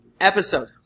episode